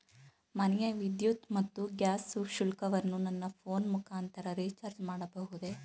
ಮನೆಯ ವಿದ್ಯುತ್ ಮತ್ತು ಗ್ಯಾಸ್ ಶುಲ್ಕವನ್ನು ನನ್ನ ಫೋನ್ ಮುಖಾಂತರ ರಿಚಾರ್ಜ್ ಮಾಡಬಹುದೇ?